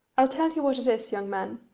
i'll tell you what it is, young man,